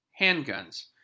handguns